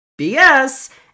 BS